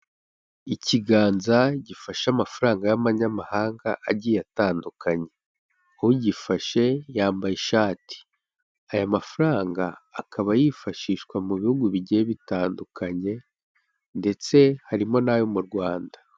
Ikiganza gifashe amafaranga y'amanyamahanga agiye atandukanye, ugifashe yambaye ishati, aya mafaranga akaba yifashishwa mu bihugu bigiye bitandukanye ndetse harimo n'ayo mu Rwanda.